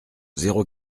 zéro